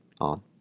on